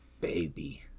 baby